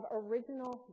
original